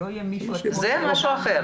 זה משהו אחר.